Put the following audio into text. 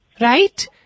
right